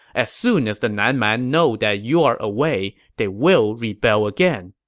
as soon as the nan man know that you are away, they will rebel again.